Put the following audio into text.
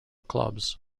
clubs